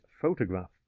photograph